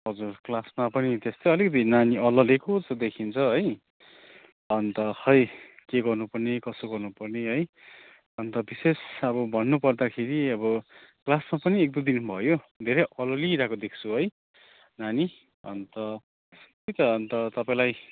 हजुर क्लासमा पनि त्यस्तै अलिकति नानी अल्ललिएको जस्तो देखिन्छ है अन्त खोइ के गर्नु पर्ने कसो गर्नु पर्ने है अन्त बिशेष अब भन्नु पर्दाखेरि अब क्लासमा पनि एकदुई दिन भयो धेरै अल्ललिरहेको देख्छु है नानी अन्त त्यही त अन्त तपाईँलाई